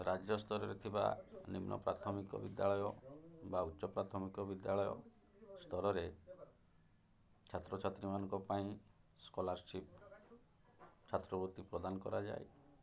ରାଜ୍ୟସ୍ତରରେ ଥିବା ନିମ୍ନ ପ୍ରାଥମିକ ବିଦ୍ୟାଳୟ ବା ଉଚ୍ଚ ପ୍ରାଥମିକ ବିଦ୍ୟାଳୟ ସ୍ତରରେ ଛାତ୍ରଛାତ୍ରୀମାନଙ୍କ ପାଇଁ ସ୍କଲାରସିପ୍ ଛାତ୍ରବୃତ୍ତି ପ୍ରଦାନ କରାଯାଏ